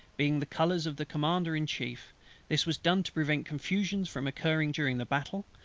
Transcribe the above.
being the colours of the commander in chief this was done to prevent confusion from occurring during the battle,